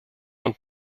und